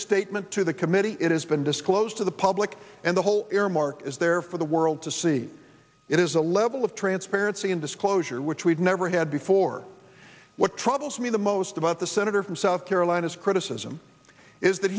statement to the committee it has been disclosed to the public and the whole earmark is there for the world to see it is a level of transparency and disclosure which we've never had before what troubles me the most about the senator from south carolina's criticism is that